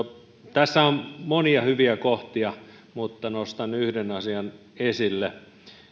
tässä on monia hyviä kohtia mutta nostan yhden asian esille